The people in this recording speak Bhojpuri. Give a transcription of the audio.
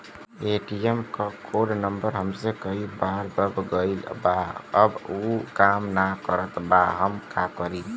ए.टी.एम क कोड नम्बर हमसे कई बार दब गईल बा अब उ काम ना करत बा हम का करी?